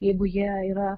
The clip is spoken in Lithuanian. jeigu jie yra